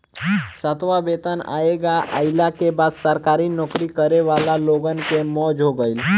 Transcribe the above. सातवां वेतन आयोग आईला के बाद सरकारी नोकरी करे वाला लोगन के मौज हो गईल